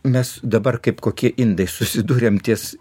mes dabar kaip kokie indai susiduriam ties